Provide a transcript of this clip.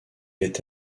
est